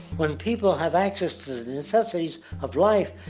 when people have access to the necessities of life,